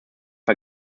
den